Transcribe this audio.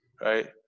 right